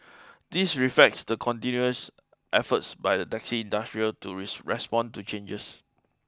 this reflects the continuous efforts by the taxi industry to respond to changes